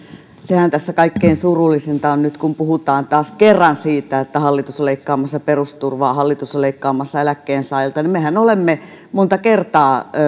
sehän tässä kaikkein surullisinta on nyt kun puhutaan taas kerran siitä että hallitus on leikkaamassa perusturvaa ja hallitus on leikkaamassa eläkkeensaajilta että mehän olemme monta kertaa